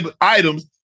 items